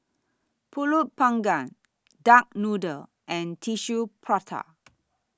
Pulut Panggang Duck Noodle and Tissue Prata